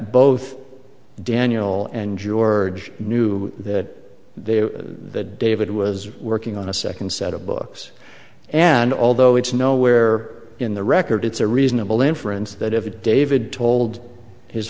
both daniel and george knew that they the david was working on a second set of books and although it's nowhere in the record it's a reasonable inference that if a david told his